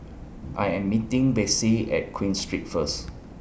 I Am meeting Betsey At Queen Street First